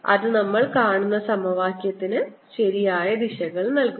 അത് നമ്മൾ കാണുന്ന സമവാക്യത്തിന് ശരിയായ ദിശകൾ നൽകുന്നു